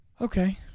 Okay